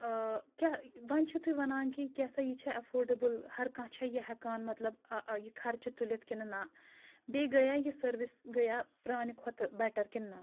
کیٛاہ وَنہِ چھُ تُہۍ وَنان کہِ کیٛاہ سا یہِ چھا اؠفٲٹیبٕل ہَر کانٛہہ چھےٚ یہِ ہؠکان مَطلب یہِ خرچہِ تُلِتھ کِنہٕ نا بیٚیہِ گٔیا یہِ سٔروِس گٔیا پرٛانہِ کھۄتہٕ بؠٹَر کِنہٕ نا